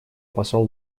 посол